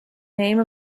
name